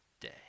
day